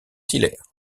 hilaire